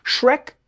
Shrek